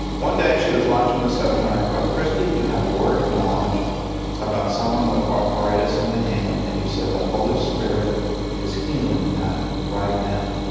one day she was watching the seven hundred club, kristi you had a word of knowledge about someone with arthritis in the hand, and you said the holy spirit is healing that right now.